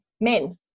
men